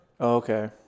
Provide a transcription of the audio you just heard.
okay